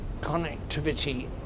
connectivity